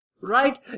right